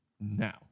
now